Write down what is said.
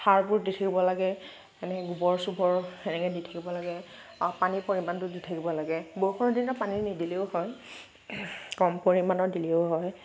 সাৰবোৰ দি থাকিব লাগে গোবৰ চোবৰ এনেকে দি থাকিব লাগে আৰু পানীৰ পৰিমাণটো দি থাকিব লাগে বৰষুণৰ দিনত পানী নিদিলেও হয় কম পৰিমাণৰ দিলেও হয়